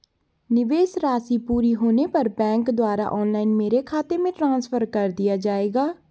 निवेश राशि पूरी होने पर बैंक द्वारा ऑनलाइन मेरे खाते में ट्रांसफर कर दिया जाएगा?